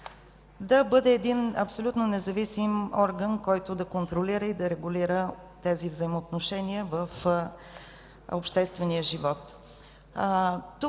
да бъде един абсолютно независим орган, който да контролира и да регулира тези взаимоотношения в обществения живот.